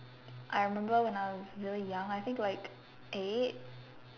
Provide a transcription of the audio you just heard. I remember when I was really young I think like eight